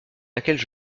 laquelle